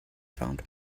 found